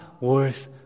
worth